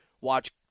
watch